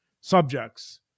subjects